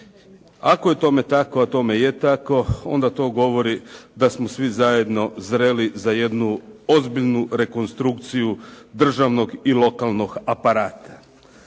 Ako je tome tako, a tome je tako, onda to govori da smo svi zajedno zreli za jednu ozbiljnu rekonstrukciju državnog i lokalnog aparata.